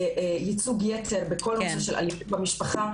ייצוג יתר בכל הנושא של אלימות במשפחה,